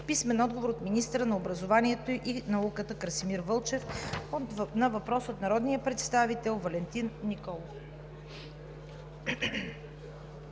Вигенин; - от министъра на образованието и науката Красимир Вълчев на въпрос от народния представител Валентин Николов.